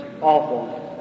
awful